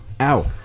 Ow